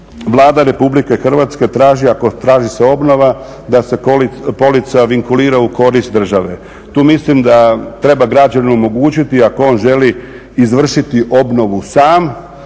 Vlada RH traži ako se traži obnova da se polica vinkulira u korist države. Tu mislim da treba građanu omogućiti ako on želi izvršiti obnovu sam